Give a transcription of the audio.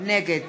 נגד